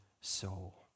soul